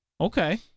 Okay